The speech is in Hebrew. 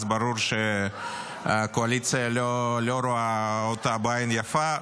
אז ברור שהקואליציה לא רואה אותה בעין יפה.